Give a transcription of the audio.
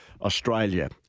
Australia